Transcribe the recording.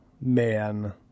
man